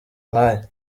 nk’aya